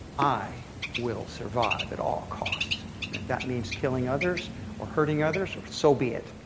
i will survive at all costs. and if that means killing others or hurting others, so be it.